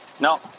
No